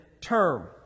term